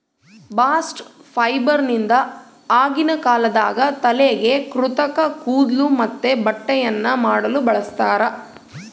bast ಫೈಬರ್ನಿಂದ ಆಗಿನ ಕಾಲದಾಗ ತಲೆಗೆ ಕೃತಕ ಕೂದ್ಲು ಮತ್ತೆ ಬಟ್ಟೆಯನ್ನ ಮಾಡಲು ಬಳಸ್ತಾರ